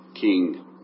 king